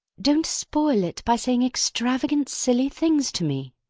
don't spoil it by saying extravagant silly things to me.